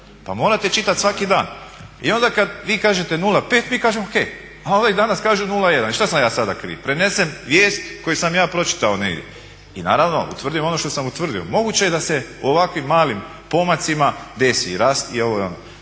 Pa morate čitati svaki dan. I onda kad vi kažete 0,5 mi kažemo ok, a ovaj danas kaže 0,1. I šta sam ja sada kriv? Prenesem vijest koju sam ja pročitao negdje i naravno utvrdim ono što sam utvrdio moguće je da se u ovakvim malim pomacima desi i rast i ovo i ono,